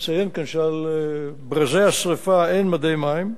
ונציין כאן שעל ברזי השרפה אין מדי מים,